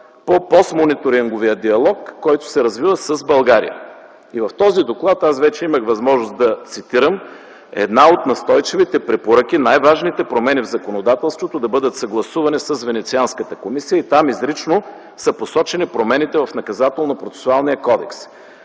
по постмониторинговия диалог, който се развива с България. В него – аз вече имах възможност да цитирам, една от настойчивите препоръки е най- важните промени в законодателството да бъдат съгласувани с Венецианската комисия. И там изрично са посочени промените в Наказателно - процесуалния кодекс.